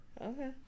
Okay